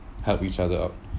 help each other up